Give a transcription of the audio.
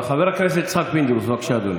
אנחנו אלפי שנים מתחננים ובוכים שלוש פעמים ביום,